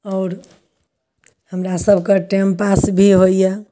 आओर हमरा सबके टाइम पास भी होइए